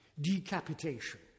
decapitation